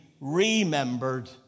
remembered